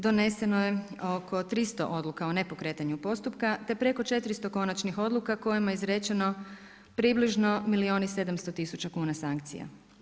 Doneseno je oko 300 odluka o nepokretanju postupka te preko 400 konačnih odluka kojima je izrečeno približno milijun i 700 tisuća kuna sankcija.